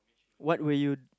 what will you